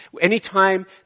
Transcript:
Anytime